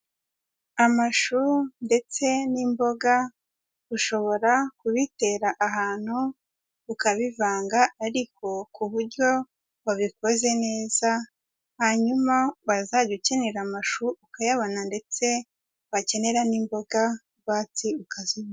Amashu ndetse n'imboga ushobora kubitera ahantu ukabivanga ariko ku buryo wabikoze neza, hanyuma wazajya ukenera amashu ukayabona ndetse wakenera n'imboga rwatsi ukazibona.